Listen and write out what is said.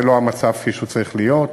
זה לא המצב שצריך להיות.